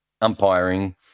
umpiring